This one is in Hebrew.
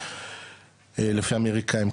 לפי האמריקאים,